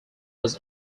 was